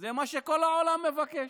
זה מה שכל העולם מבקש.